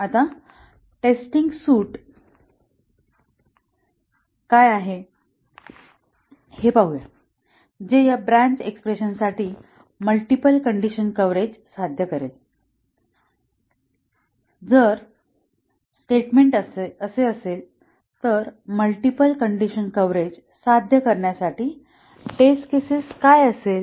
आता testing suite काय आहे हे पाहूया जे या ब्रँच एक्स्प्रेशन साठी मल्टिपल कंडीशन कव्हरेज साध्य करेल जर स्टेटमेंट असे असेल तर मल्टिपल कंडीशन कव्हरेज साध्य करण्यासाठी टेस्ट केसेस काय असेल